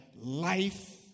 Life